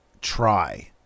try